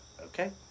Okay